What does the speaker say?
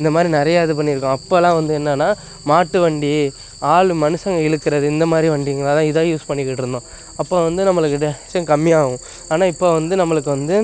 இந்த மாதிரி நிறைய இது பண்ணிருக்கோம் அப்பெல்லாம் வந்து என்னான்னா மாட்டுவண்டி ஆள் மனுஷங்க இழுக்குறது இந்த மாரி வண்டிங்களாக தான் இதை யூஸ் பண்ணிக்கிட்டுருந்தோம் அப்போ வந்து நம்மளுக்கு டெ கம்மியாக ஆவும் ஆனால் இப்போ வந்து நம்மளுக்கு வந்து